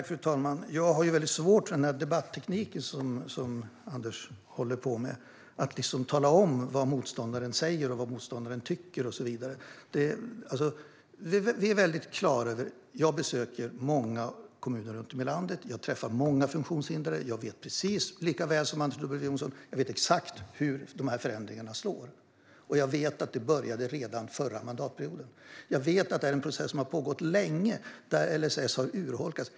Fru talman! Jag har väldigt svårt för den debatteknik som Anders W Jonsson håller på med, att liksom tala om vad motståndaren säger och tycker och så vidare. Jag besöker många kommuner runt om i landet, och jag träffar många funktionshindrade. Jag vet exakt och precis lika väl som Anders W Jonsson hur de här förändringarna slår, och jag vet att det började redan den förra mandatperioden. Jag vet att LSS har urholkats och att det är en process som har pågått länge.